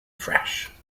fresh